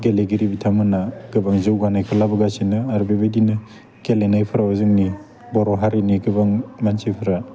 गेलेगिरि बिथांमोनहा गोबां जौगानायखौ लाबोगासिनो आरो बेबायदिनो गेलेनायफ्राव जोंनि बर' हारिनि गोबां मानसिफ्रा